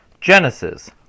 Genesis